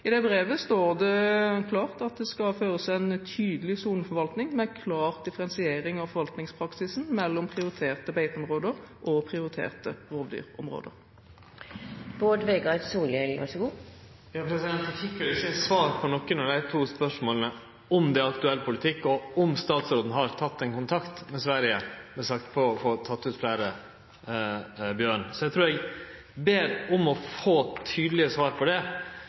I det brevet står det klart at det skal føres en tydelig soneforvaltning med klar differensiering av forvaltningspraksisen mellom prioriterte beiteområder og prioriterte rovdyrområder. Eg fekk vel ikkje svar på nokon av dei to spørsmåla, om det er aktuell politikk og om statsråden har teke kontakt med Sverige med sikte på å få ta ut fleire bjørnar. Så eg ber om å få tydelege svar på det.